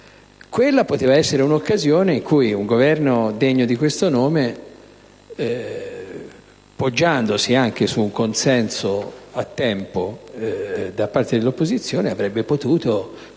Quella poteva essere l'occasione in cui un Governo degno di questo nome, poggiandosi anche su un consenso a tempo da parte dell'opposizione, avrebbe potuto